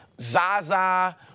Zaza